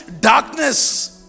darkness